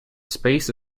space